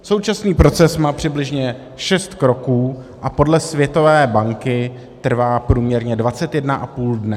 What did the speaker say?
Současný proces má přibližně šest kroků a podle Světové banky trvá průměrně 21,5 dne.